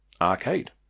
arcade